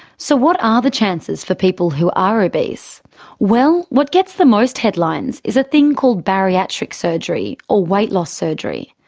so what are the chances for people who are obese? well, what gets the most headlines is a thing called bariatric surgery or weight loss surgery.